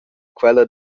quella